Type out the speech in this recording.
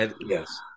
Yes